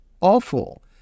awful